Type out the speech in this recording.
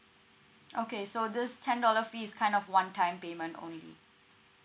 okay so this ten dollar fee is kind of one time payment only